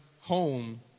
home